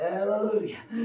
Hallelujah